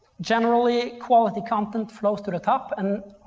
generally quality content flows to the top and